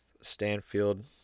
Stanfield